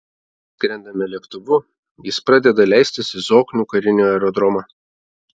skrendame lėktuvu jis pradeda leistis į zoknių karinį aerodromą